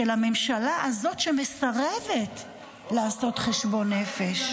של הממשלה הזאת שמסרבת לעשות חשבון נפש.